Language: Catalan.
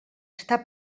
està